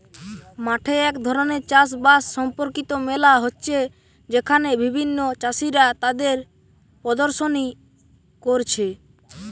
মাঠে এক ধরণের চাষ বাস সম্পর্কিত মেলা হচ্ছে যেখানে বিভিন্ন চাষীরা তাদের প্রদর্শনী কোরছে